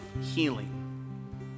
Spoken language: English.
healing